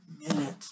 minute